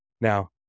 Now